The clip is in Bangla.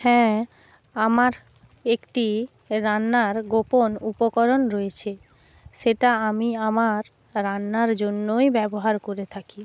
হ্যাঁ আমার একটি রান্নার গোপন উপকরণ রয়েছে সেটা আমি আমার রান্নার জন্যই ব্যবহার করে থাকি